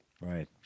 Right